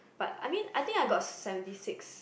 but I mean I think I got seventy six